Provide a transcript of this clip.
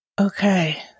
Okay